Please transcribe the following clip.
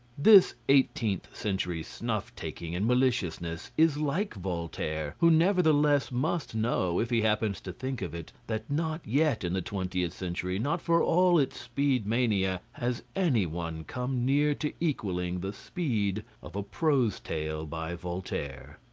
this eighteenth century snuff-taking and malicious, is like voltaire, who nevertheless must know, if he happens to think of it, that not yet in the twentieth century, not for all its speed mania, has any one come near to equalling the speed of a prose tale by voltaire.